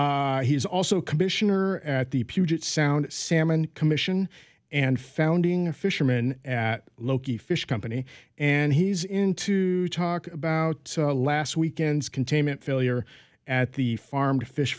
he's also a commissioner at the puget sound salmon commission and founding a fisherman at loci fish company and he's in to talk about last weekend's containment failure at the farmed fish